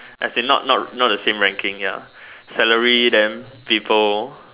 as in not not not the same ranking ya salary then people